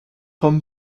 hommes